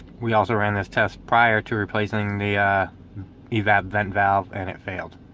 we also ran this test prior to replacing the evap vent valve and it failed